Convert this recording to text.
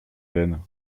veine